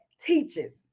teaches